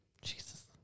Jesus